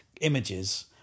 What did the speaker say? images